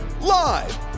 Live